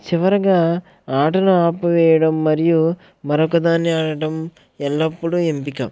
చివరిగా ఆటను ఆపివేయడం మరియు మరొకదానిని ఆడటం ఎల్లప్పుడూ ఎంపిక